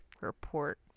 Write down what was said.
report